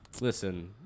Listen